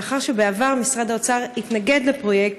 מאחר שבעבר משרד האוצר התנגד לפרויקט,